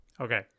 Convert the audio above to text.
Okay